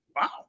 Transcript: wow